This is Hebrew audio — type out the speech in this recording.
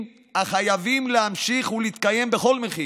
החייבים להמשיך ולהתקיים בכל מחיר.